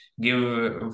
give